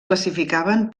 classificaven